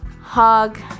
hug